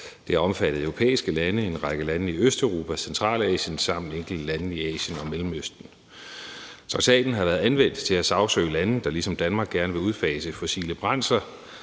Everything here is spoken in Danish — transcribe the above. Det har omfattet europæiske lande, bl.a. også en række lande i Østeuropa, Centralasien samt enkelte lande i Asien og Mellemøsten. Traktaten har været anvendt til at sagsøge lande, der ligesom Danmark gerne vil udfase fossile brændsler.